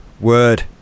word